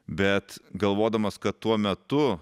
bet galvodamas kad tuo metu